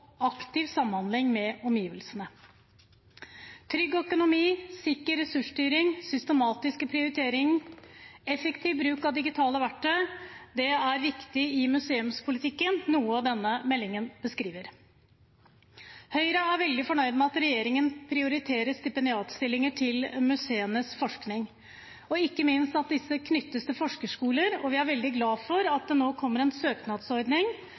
aktiv samhandling med omgivelsene. Trygg økonomi, sikker ressursstyring, systematisk prioritering og effektiv bruk av digitale verktøy er viktig i museumspolitikken, noe denne meldingen beskriver. Høyre er veldig fornøyd med at regjeringen prioriterer stipendiatstillinger til museenes forskning, og ikke minst at disse knyttes til forskerskoler. Vi er veldig glad for at det nå kommer en søknadsordning